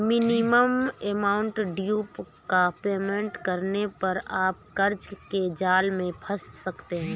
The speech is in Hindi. मिनिमम अमाउंट ड्यू का पेमेंट करने पर आप कर्ज के जाल में फंस सकते हैं